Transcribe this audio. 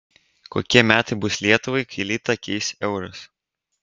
kokie metai bus lietuvai kai litą keis euras